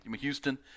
Houston